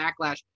backlash